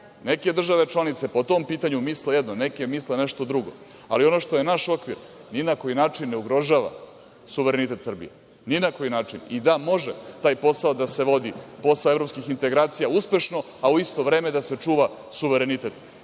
Neke države članica po tom pitanju misle jedno, neki misle nešto drugo, ali ono što je naš okvir ni na koji način ne ugrožava suverenitet Srbije. Da, može taj posao da se vodi posle evropskih integracija uspešno, a u isto vreme da se čuva suverenitet.